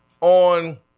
on